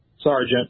Sergeant